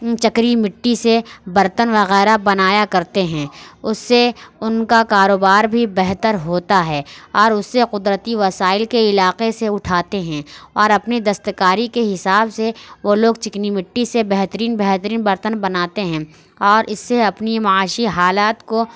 چکری مٹی سے برتن وغیرہ بنایا کرتے ہیں اس سے ان کا کاروبار بھی بہتر ہوتا ہے اور اس سے قدرتی وسائل سے علاقے سے اٹھاتے ہیں اور اپنی دستکاری کے حساب سے وہ لوگ چکنی مٹی سے بہترین بہترین برتن بناتے ہیں اور اس سے اپنی معاشی حالات کو